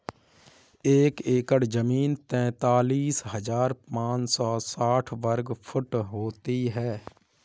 एक एकड़ जमीन तैंतालीस हजार पांच सौ साठ वर्ग फुट होती है